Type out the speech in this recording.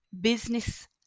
business